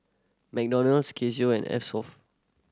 McDonald's Casio and Eversoft